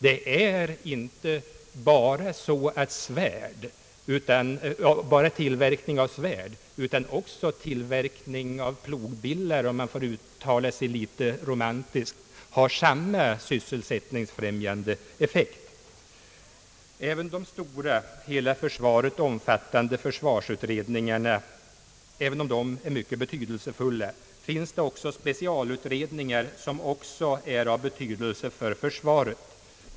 Det är ju inte bara tillverkning av svärd som har en sysselsättningsfrämjande effekt, utan också tillverkning av plogbillar, om man får uttala sig litet romantiskt, har ju i det avseendet samma effekt. Även om de stora hela försvaret omfattande försvarsutredningarna är mycket betydelsefulla, finns det också specialutredningar som är av stor betydelse för försvaret.